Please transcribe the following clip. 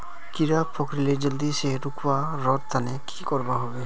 कीड़ा पकरिले जल्दी से रुकवा र तने की करवा होबे?